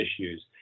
issues